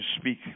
speak